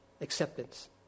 acceptance